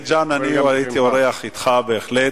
בבית-ג'ן אני הייתי אורח אתך, בהחלט.